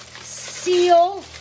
seal